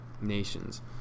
nations